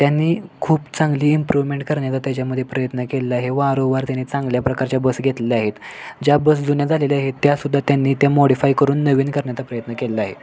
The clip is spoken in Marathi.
त्यांनी खूप चांगली इम्प्रूव्हमेंट करण्याचा त्याच्यामध्ये प्रयत्न केलेला आहे वारंवार त्यांनी चांगल्या प्रकारच्या बस घेतल्या आहेत ज्या बस जुन्या झालेल्या आहेत त्यासुद्धा त्यांनी त्या मॉडीफाय करून नवीन करण्याचा प्रयत्न केलेला आहे